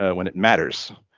ah when it matters,